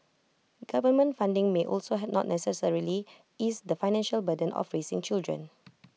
government funding may also not necessarily ease the financial burden of raising children